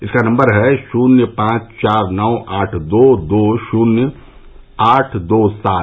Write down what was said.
इसका नंबर है शून्य पांच चार नौ आठ दो दो शून्य आठ दो सात